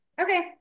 Okay